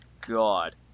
god